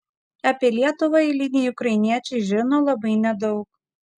apie lietuvą eiliniai ukrainiečiai žino labai nedaug